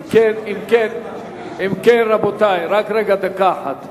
אם כן, רבותי, רק רגע, דקה אחת.